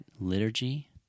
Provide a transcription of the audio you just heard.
liturgy